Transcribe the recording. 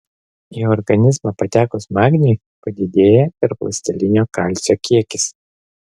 į organizmą patekus magniui padidėja tarpląstelinio kalcio kiekis